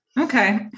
okay